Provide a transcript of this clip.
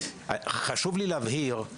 חשוב לי להבהיר,